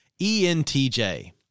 ENTJ